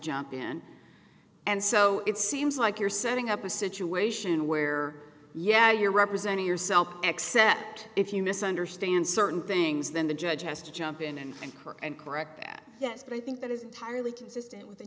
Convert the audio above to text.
jump in and so it seems like you're setting up a situation where yeah you're representing yourself except if you misunderstand certain things then the judge has to jump in and find her and correct that yes but i think that is entirely consistent with the